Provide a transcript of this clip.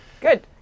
Good